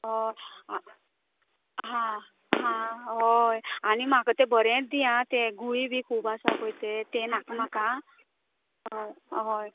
हय आं हां हां हय आनी म्हाका तें बरें दी आं ते गुळी बी खूब आसा पळय ते नाका म्हाका आं हय